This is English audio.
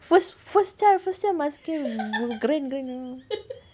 first first child first child must can grand grand grand